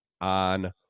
on